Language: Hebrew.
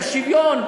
של שוויון,